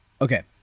Okay